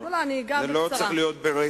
זה לא צריך להיות ברצף,